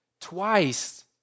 Twice